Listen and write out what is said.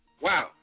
Wow